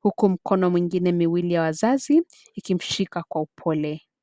huku mkono mwingine miwili ya mzazi ikimshika kwa upole.